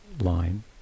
line